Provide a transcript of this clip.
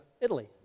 Italy